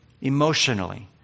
Emotionally